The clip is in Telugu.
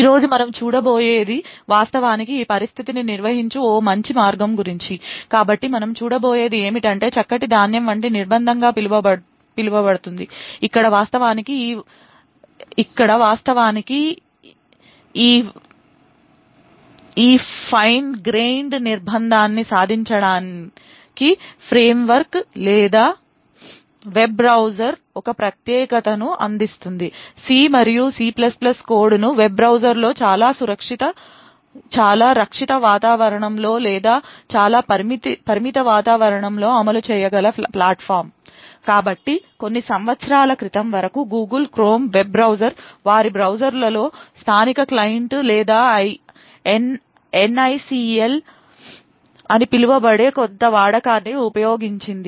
ఈ రోజు మనము చూడబోయేది వాస్తవానికి ఈ పరిస్థితిని నిర్వహించు ఓక మంచి మార్గము గురించి కాబట్టి మనము చూడబోయేది ఏమిటంటే చక్కటి ధాన్యం వంటి నిర్బంధంగా పిలువబడుతుంది ఇక్కడ వాస్తవానికి ఈ ఫైన్ గ్రెయిన్డ్ నిర్బంధాన్ని సాధించడానికి ఫ్రేమ్వర్క్ లేదా వెబ్ బ్రౌజర్ ఒక ప్రత్యేకతను అందిస్తుంది సి మరియు సి కోడ్ను వెబ్ బ్రౌజర్లో చాలా రక్షిత వాతావరణంలో లేదా చాలా పరిమిత వాతావరణంలో అమలు చేయగల ప్లాట్ఫాం కాబట్టి కొన్ని సంవత్సరాల క్రితం వరకు గూగుల్ క్రోమ్ వెబ్ బ్రౌజర్ వారి బ్రౌజర్లలో స్థానిక క్లయింట్ లేదా ఎన్ఐసిఎల్ అని పిలువబడే కొంత వాడకాన్ని ఉపయోగించింది